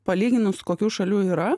palyginus kokių šalių yra